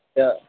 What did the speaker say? اچھا